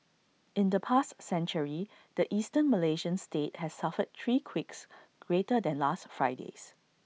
in the past century the Eastern Malaysian state has suffered three quakes greater than last Friday's